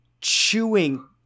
chewing